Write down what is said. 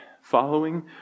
following